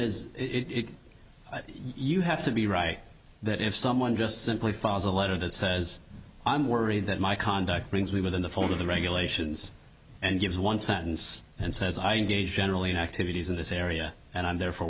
is it you have to be right that if someone just simply files a letter that says i'm worried that my conduct brings we within the fold of the regulations and gives one sentence and says i need a general in activities in this area and i'm there for